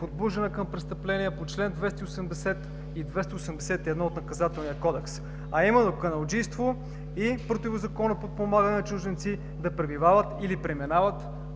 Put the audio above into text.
подбуждане към престъпление по чл. 280 и чл. 281 от Наказателния кодекс, а именно каналджийство и противозаконно подпомагане на чужденци да пребивават или преминават